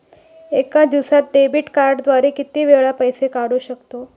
एका दिवसांत डेबिट कार्डद्वारे किती वेळा पैसे काढू शकतो?